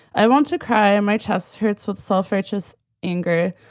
i want to cry. and my chest hurts with self-righteous anger,